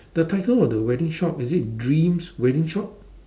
the title of the wedding shop is it dreams wedding shop